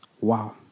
Wow